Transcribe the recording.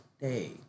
day